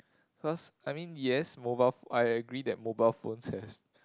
cause I mean yes mobile I agree that mobile phones has